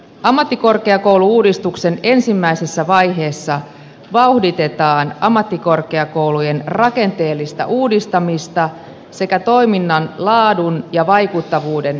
ammattikorkeakoulu uudistuksen ensimmäisessä vaiheessa vauhditetaan ammattikorkeakoulujen rakenteellista uudistamista sekä toiminnan laadun ja vaikuttavuuden parantamista